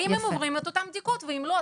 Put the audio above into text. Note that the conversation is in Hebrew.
האם הם עוברים את אותן בדיקות ואם לא,